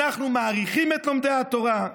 אנחנו מעריכים את לומדים התורה,